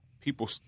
people